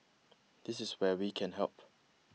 this is where we can help